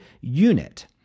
unit